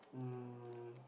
um